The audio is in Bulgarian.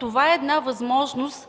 Това е една възможност